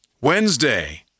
Wednesday